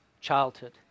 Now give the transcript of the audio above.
childhood